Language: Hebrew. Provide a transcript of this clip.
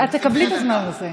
את תקבלי את הזמן הזה.